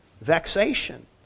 vexation